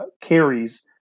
carries